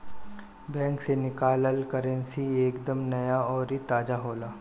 bank से निकालल currency एक दम नया अउरी ताजा होला